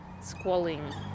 Squalling